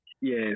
yes